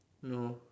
no